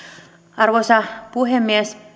arvoisa puhemies